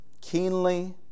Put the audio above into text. Keenly